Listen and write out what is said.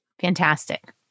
Fantastic